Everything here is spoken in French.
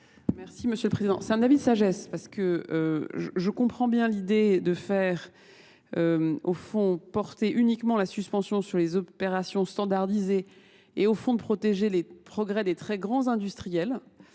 Merci Monsieur le Président. C'est un avis de sagesse parce que je comprends bien l'idée de faire au fond porter uniquement la suspension sur les opérations standardisées et au fond de protéger les progrès des très grands industriels.